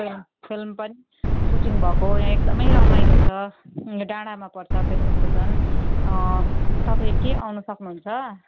film film पनि shooting भएको यहाँ एकदमै रमाइलो छ यहाँ डाँडामा पर्छ पेसोक त झन् तपाईँ के आउनु सक्नुहुन्छ